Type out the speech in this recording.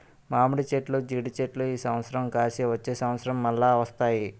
మామిడి చెట్లు జీడి చెట్లు ఈ సంవత్సరం కాసి వచ్చే సంవత్సరం మల్ల వస్తాయి